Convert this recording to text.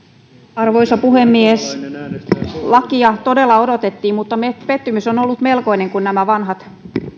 arvoisa puhemies lakia todella odotettiin mutta pettymys on on ollut melkoinen kun nämä vanhat